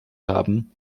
haben